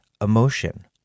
emotion